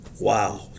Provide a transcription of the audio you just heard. wow